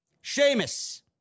Sheamus